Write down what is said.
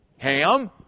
Ham